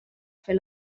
fer